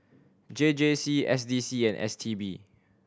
J J C S D C and S T B